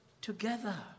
together